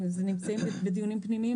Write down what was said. הם נמצאים בדיונים פנימיים,